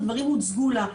הדברים הוצגו לה.